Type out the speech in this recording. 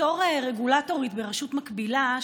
בתור רגולטורית ברשות מקבילה,